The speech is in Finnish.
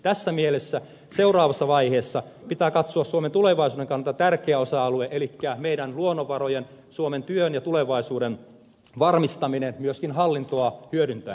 tässä mielessä seuraavassa vaiheessa pitää katsoa suomen tulevaisuuden kannalta tärkeä osa alue elikkä meidän luonnonvarojemme suomen työn ja tulevaisuuden varmistaminen myöskin hallintoa hyödyntäen